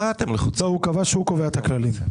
לא, הוא אמר שהוא קובע את הכללים.